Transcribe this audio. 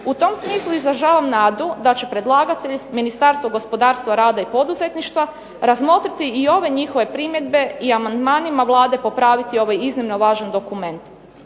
U tom smislu izražavam nadu da će predlagatelj, Ministarstvo gospodarstva, rada i poduzetništva, razmotriti i ove njihove primjedbe i amandmanima Vlade popraviti ovaj iznimno važan dokument.